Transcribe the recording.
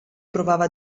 provava